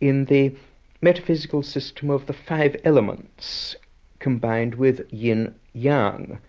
in the metaphysical system in the five elements combined with yin yang,